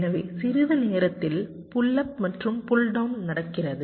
எனவே சிறிது நேரத்தில் புல் அப் மற்றும் புல் டௌன் நடக்கிறது